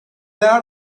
out